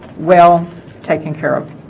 well taken care of